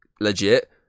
legit